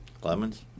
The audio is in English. Clemens